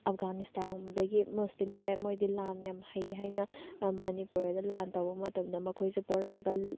ꯑꯐꯒꯥꯅꯤꯁꯇꯥꯟ ꯂꯣꯝꯗꯒꯤ ꯃꯨꯁꯂꯤꯝꯁꯦ ꯃꯣꯏꯗꯤ ꯂꯥꯟ ꯌꯥꯝ ꯍꯩ ꯍꯥꯏꯅ ꯃꯅꯤꯄꯨꯔꯗ ꯂꯥꯟ ꯇꯧꯕ ꯃꯇꯝꯗ ꯃꯈꯣꯏꯁꯦ ꯄꯣꯔꯛꯑꯒ